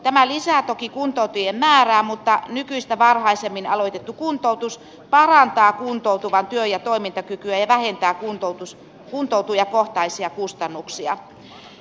tämä lisää toki kuntoutujien määrää mutta nykyistä varhaisemmin aloitettu kuntoutus parantaa kuntoutuvan työ ja toimintakykyä ja vähentää kuntoutujakohtaisia kustannuksia